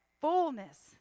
fullness